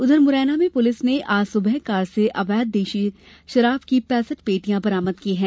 उधर मुरैना में पुलिस ने आज सुबह कार से अवैध देशी शराब की पेंसठ पेटियां बरामद की हैं